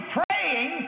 praying